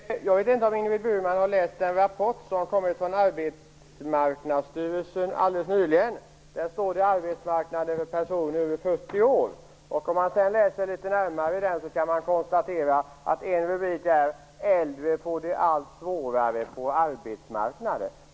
Fru talman! Jag vet inte om Ingrid Burman har läst den rapport som nyligen kommit från Arbetsmarknadsstyrelsen. Där finns en beskrivning av arbetsmarknaden för personer över 40 år. Läser man litet närmare i den kan man konstatera att en rubrik är Äldre får det allt svårare på arbetsmarknaden.